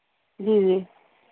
ਜੀ ਜੀ